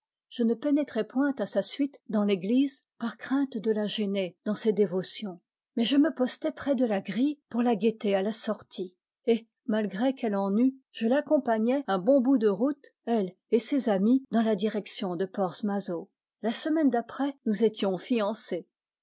je ne pénétrai point à sa suite dans l'église par crainte de la gêner dans ses dévotions mais je me postai près de la grille pour la guetter à la sortie et malgré qu'elle en eût je l'accompagnai un bon bout de route elle et ses amies dans la direction de porz mazo la semaine d'après nous étions fiancés